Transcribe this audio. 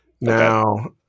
Now